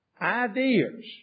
Ideas